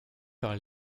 par